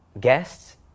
guests